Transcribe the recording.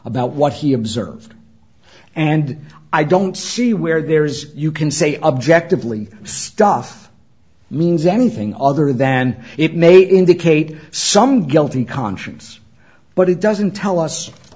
about what he observed and i don't see where there's you can say objectively stuff means anything other than it may indicate some guilty conscience but it doesn't tell us